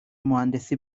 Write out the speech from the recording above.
مهندسی